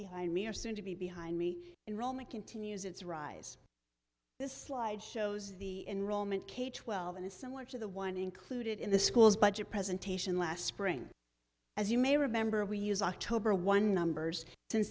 behind me or soon to be behind me in roma continues its rise this slide shows the enroll meant k twelve and is similar to the one included in the school's budget presentation last spring as you may remember we use october one numbers since